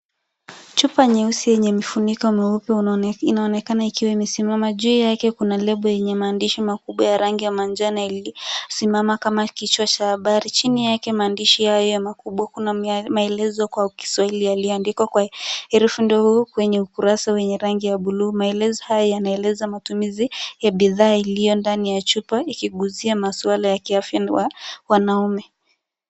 Chupa nyeusi yenye mifuniko mweupe inaonekana ikiwa imesimama. Juu yake kuna label yenye maandishi makubwa ya rangi ya majano iliyosimama kama kichwa cha habari. Chini yake maandishi haya makubwa kuna maelezo kwa kiswahili yaliyoandikwa kwa herufi ndogo kwenye ukurasa wenye rangi ya blue . Maelezo haya yanaeleza matumizi ya bidhaa iliyo ndani ya chupa ikiguzia maswala ya kiafya wa wanaume.